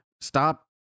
stop